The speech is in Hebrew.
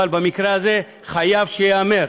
אבל במקרה הזה חייב שייאמר: